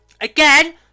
Again